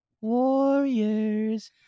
Warriors